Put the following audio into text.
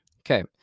Okay